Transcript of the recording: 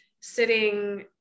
sitting